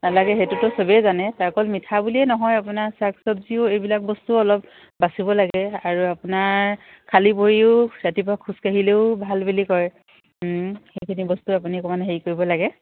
নালাগে সেইটোতো সবেই জানে তাৰ অকল মিঠা বুলিয়েই নহয় আপোনাৰ শাক চব্জিও এইবিলাক বস্তুও অলপ বাছিব লাগে আৰু আপোনাৰ খালী ভৰিও ৰাতিপুৱা খোজকাঢ়িলেও ভাল বুলি কয় সেইখিনি বস্তু আপুনি অকণমান হেৰি কৰিব লাগে